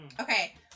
Okay